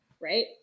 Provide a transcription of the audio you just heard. right